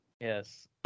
Yes